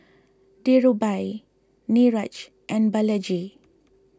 Dhirubhai Niraj and Balaji